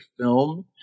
film